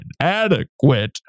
inadequate